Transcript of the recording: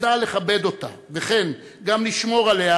נדע לכבד אותה, וכן גם לשמור עליה,